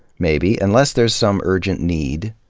maybe, unless there's some urgent need